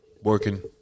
working